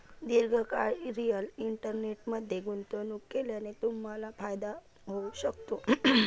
दीर्घकाळ रिअल इस्टेटमध्ये गुंतवणूक केल्याने तुम्हाला फायदा होऊ शकतो